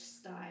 style